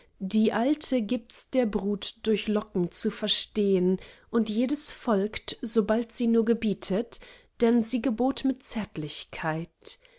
die alte gibts der brut durch locken zu verstehn und jedes folgt sobald sie nur gebietet denn sie gebot mit zärtlichkeit